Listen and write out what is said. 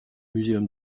muséum